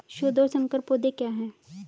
शुद्ध और संकर पौधे क्या हैं?